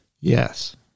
Yes